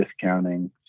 discounting